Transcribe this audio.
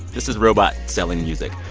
this is robot-selling music.